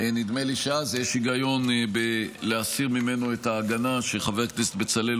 נדמה לי שאז יש היגיון בלהסיר ממנו את ההגנה שחבר הכנסת בצלאל,